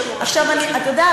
אתה יודע,